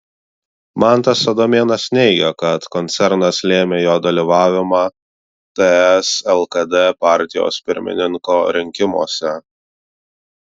mantas adomėnas neigia kad koncernas lėmė jo dalyvavimą ts lkd partijos pirmininko rinkimuose